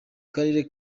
karere